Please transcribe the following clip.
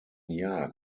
jahr